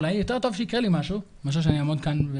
אולי יותר טוב שיקרה לי משהו מאשר שאני אעמוד כאן,